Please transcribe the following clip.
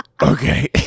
Okay